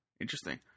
Interesting